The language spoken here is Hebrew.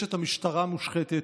באשת המשטרה המושחתת,